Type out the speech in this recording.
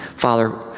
Father